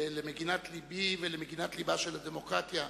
למגינת לבי ולמגינת לבה של הדמוקרטיה,